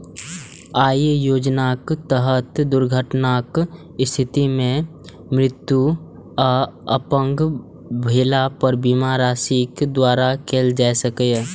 अय योजनाक तहत दुर्घटनाक स्थिति मे मृत्यु आ अपंग भेला पर बीमा राशिक दावा कैल जा सकैए